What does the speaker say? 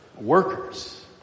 workers